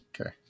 Okay